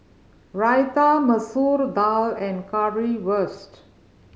Raita Masoor Dal and Currywurst